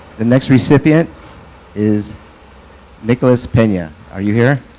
the next recipient is nicolas pena. are you here?